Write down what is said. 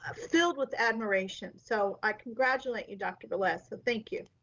ah filled with admiration. so i congratulate you dr. velez. so thank you.